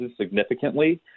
significantly